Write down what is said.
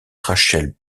rachel